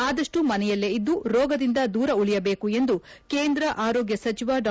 ಆದಷ್ಟು ಮನೆಯಲ್ಲೇ ಇದ್ಲು ರೋಗದಿಂದ ದೂರ ಉಳಿಯಬೇಕು ಎಂದು ಕೇಂದ್ರ ಆರೋಗ್ಲ ಸಚಿವ ಡಾ